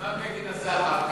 ומה בגין עשה אחר כך?